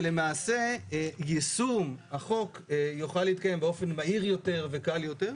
ולמעשה יישום החוק יוכל להתקיים באופן בהיר יותר וקל יותר.